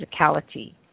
physicality